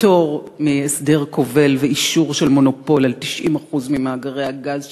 פטור מהסדר כובל ואישור של מונופול על 90% ממאגרי הגז שלנו,